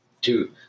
two